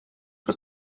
про